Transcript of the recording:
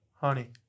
Honey